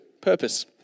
Purpose